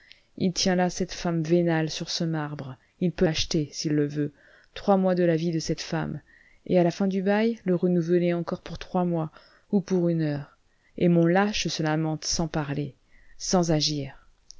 il tient là cette femme vénale sur ce marbre il peut acheter s'il le veut trois mois de la vie de cette femme et à la fin du bail le renouveler encore pour trois mois ou pour une heure et mon lâche se lamente sans parler sans agir